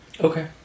Okay